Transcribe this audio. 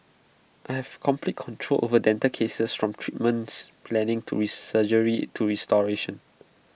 I have complete control over dental cases from treatments planning to surgery to restoration